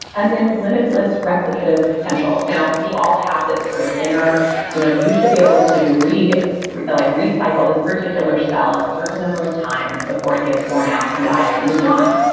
and then limitless replicative potential. now, we all have this sort of inner you know you should be able to like recycle this particular cell a certain number of times before it gets worn out and dies and moves on,